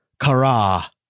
Kara